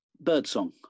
Birdsong